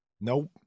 Nope